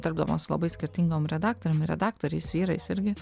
dirbdamos su labai skirtingom redaktorėm ir redaktoriais vyrais irgi